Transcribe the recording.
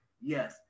yes